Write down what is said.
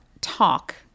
talk